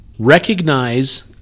recognize